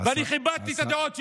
ואני כיבדתי את הדעות שלהם.